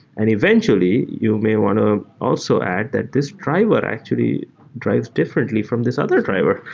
and eventually you may want to also add that this driver actually drives differently from this other driver.